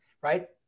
right